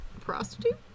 prostitute